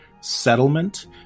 settlement